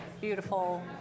beautiful